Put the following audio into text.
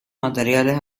materiales